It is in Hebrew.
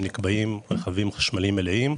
הם נקבעים רכבים חשמליים מלאים,